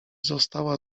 została